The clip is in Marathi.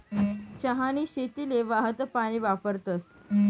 चहानी शेतीले वाहतं पानी वापरतस